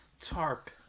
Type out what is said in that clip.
tarp